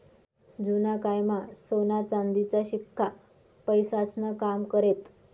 जुना कायमा सोना चांदीचा शिक्का पैसास्नं काम करेत